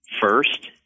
first